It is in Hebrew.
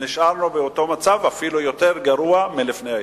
נשארנו באותו מצב, ואפילו יותר גרוע מלפני האיחוד.